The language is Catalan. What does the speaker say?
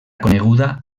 coneguda